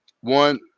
One